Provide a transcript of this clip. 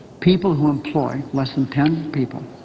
people who employ less than ten people,